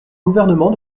gouvernement